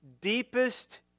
deepest